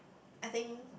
I think